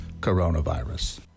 coronavirus